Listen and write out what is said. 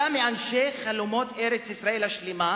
אלא מאנשי חלומות ארץ-ישראל השלמה,